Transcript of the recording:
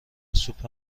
سوپ